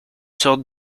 sorte